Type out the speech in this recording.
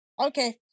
Okay